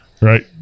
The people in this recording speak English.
Right